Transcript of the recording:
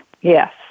Yes